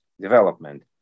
development